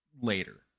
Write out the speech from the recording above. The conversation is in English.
later